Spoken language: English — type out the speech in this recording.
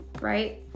right